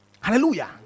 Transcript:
Hallelujah